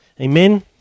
Amen